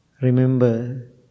remember